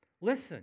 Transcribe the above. Listen